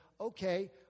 Okay